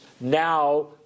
now